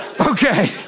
Okay